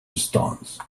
stones